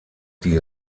die